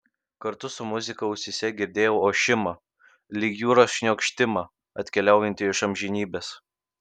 kartu su muzika ausyse girdėjau ošimą lyg jūros šniokštimą atkeliaujantį iš amžinybės